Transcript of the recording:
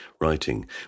writing